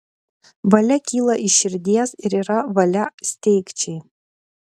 valia kyla iš širdies ir yra valia steigčiai